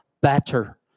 better